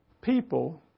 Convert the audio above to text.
people